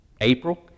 April